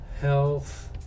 Health